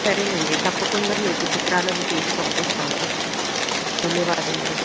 సరేనండి తప్పకుండా మీకు చిత్రాలను తీసి పంపిస్తాము ధన్యవాదములు